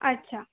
अच्छा